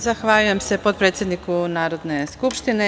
Zahvaljujem se potpredsedniku Narodne skupštine.